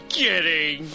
kidding